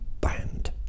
band